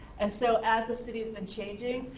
and so as the city has been changing,